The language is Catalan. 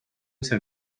ser